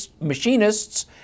Machinists